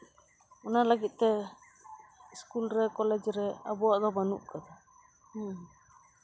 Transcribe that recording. ᱚᱱᱟ ᱞᱟᱹᱜᱤᱫ ᱛᱮ ᱤᱥᱠᱩᱞ ᱨᱮ ᱠᱚᱞᱮᱡᱽ ᱨᱮ ᱟᱵᱚᱣᱟᱜ ᱫᱚ ᱵᱟᱹᱱᱩᱜ ᱠᱟᱫᱟ